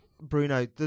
Bruno